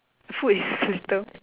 food is sweeter